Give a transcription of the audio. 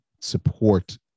support